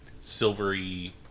silvery